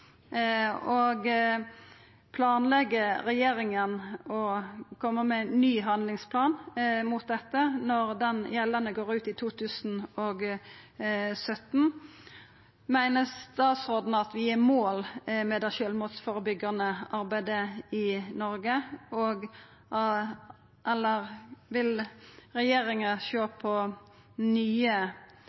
Planlegg regjeringa å koma med ein ny handlingsplan mot dette når den gjeldande går ut i 2017? Meiner statsråden at vi er i mål med det sjølvmordsførebyggjande arbeidet i Noreg, eller vil regjeringa sjå på nye